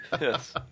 Yes